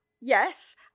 Yes